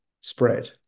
spread